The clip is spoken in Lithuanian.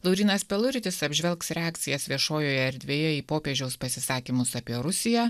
laurynas peluritis apžvelgs reakcijas viešojoje erdvėje į popiežiaus pasisakymus apie rusiją